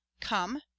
come